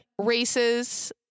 races